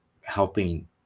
helping